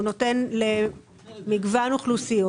הוא נותן למגוון אוכלוסיות.